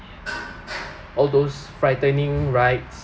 all those frightening rides